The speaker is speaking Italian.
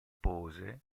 pose